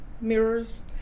Mirrors